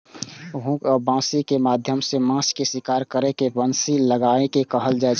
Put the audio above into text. hook या बंसी के माध्यम सं माछ के शिकार करै के बंसी लगेनाय कहल जाइ छै